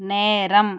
நேரம்